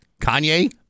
Kanye